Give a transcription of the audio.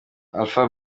alpha